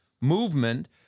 movement